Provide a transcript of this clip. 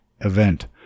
event